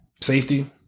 Safety